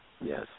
Yes